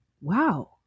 Wow